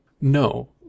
No